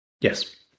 Yes